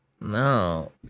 No